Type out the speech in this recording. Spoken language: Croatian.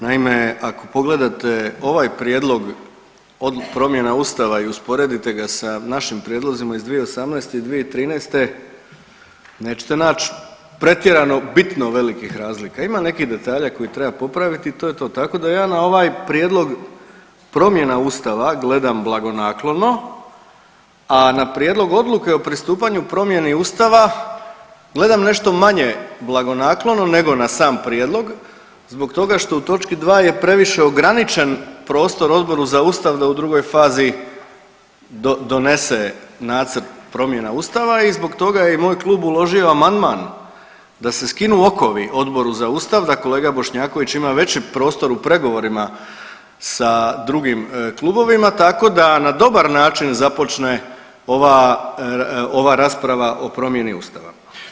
Naime, ako pogledate ovaj prijedlog promjena ustava i usporedite ga sa našim prijedlozima iz 2018. i 2013. nećete nać pretjerano bitno velikih razlika, ima nekih detalja koji treba popraviti i to je to, tako da ja na ovaj prijedlog promjena ustava gledam blagonaklono, a na prijedlog odluke o pristupanju promjeni ustava gledam nešto manje blagonaklono nego na sam prijedlog zbog toga što u točki 2 je previše ograničen prostor Odboru za ustav da u drugoj fazi donese nacrt promjena ustava i zbog toga je i moj klub uložio amandman da se skinu okovi Odboru za ustav, da kolega Bošnjaković ima veći prostor u pregovorima sa drugim klubovima, tako da na dobar način započne ova, ova rasprava o promjeni ustava.